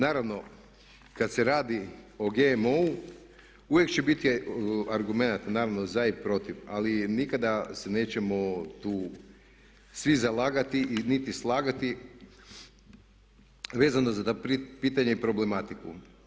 Naravno kada se radi o GMO-u uvijek će biti argumenata naravno za i protiv ali nikada se nećemo tu svi zalagati i niti slagati vezano za pitanje i problematiku.